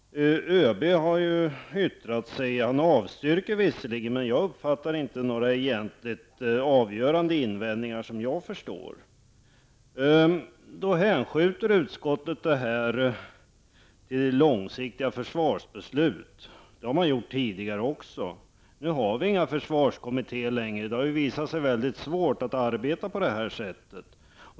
ÖB har yttrat sig, och han avstyrker visserligen, men jag uppfattar inte att det finns några avgörande invändningar. Utskottet anser att frågan bör avgöras i samband med långsiktiga försvarsbeslut. Så har man sagt tidigare också, men nu har vi inga försvarskommittéer längre. Det har ju visat sig vara väldigt svårt att arbeta på det sättet.